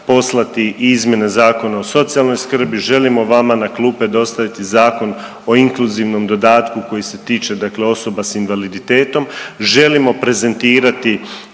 poslati izmjene Zakona o socijalnoj skrbi, želimo vama na klupe dostaviti Zakon o inkluzivnom dodatku koji se tiče dakle osoba s invaliditetom, želimo prezentirati